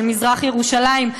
של מזרח ירושלים,